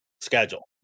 schedule